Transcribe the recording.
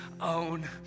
own